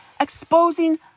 exposing